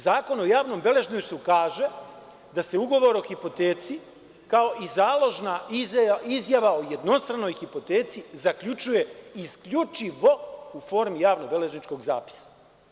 Zakon o javnom beležništvu kaže da se ugovor o hipoteci, kao i založna izjava o jednostranoj hipoteci, zaključuje isključivo u formi javno-beležničkog zapisa.